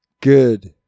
Good